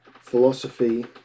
philosophy